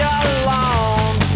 alone